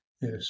Yes